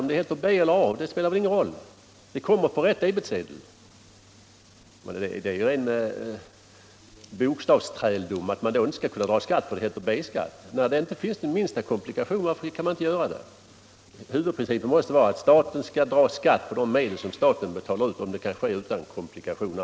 Om det kallas A-skatt eller B-skatt spelar ingen roll — det kommer ändå på rätt debetsedel. Det är en bokstavsträldom om man anser att man inte kan dra skatt därför att det kallas B-skatt. Varför kan man inte göra så här, när det inte medför den minsta komplikation? Huvudprincipen måste vara att staten skall dra skatt på de medel som staten betalar ut, när det kan ske utan komplikationer.